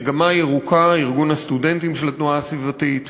"מגמה ירוקה"; ארגון הסטודנטים של התנועה הסביבתית,